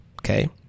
okay